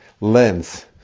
lens